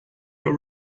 got